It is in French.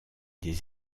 des